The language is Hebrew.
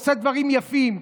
עושה דברים יפים,